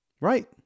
Right